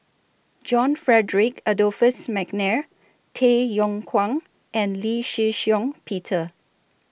John Frederick Adolphus Mcnair Tay Yong Kwang and Lee Shih Shiong Peter